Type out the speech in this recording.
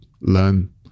learn